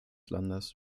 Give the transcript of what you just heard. landes